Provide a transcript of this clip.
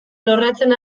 lorratzen